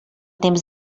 temps